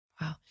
Wow